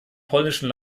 polnischen